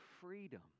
freedom